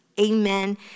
Amen